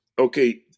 okay